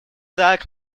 так